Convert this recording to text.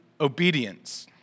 obedience